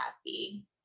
happy